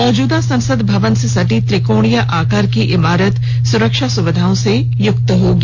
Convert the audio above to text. मौजूदा संसद भवन से सटी त्रिकोणीय आकार की इमारत सुरक्षा सुविधाओं से युक्त होगी